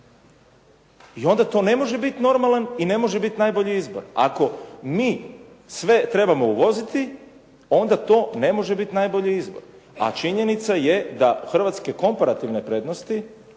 I onda to ne može biti normalna i ne može biti najbolji izbor. Ako mi sve trebamo uvoziti, onda to ne može biti najbolji izbor. A činjenica je da hrvatske komparativne prednosti